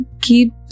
keep